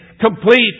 complete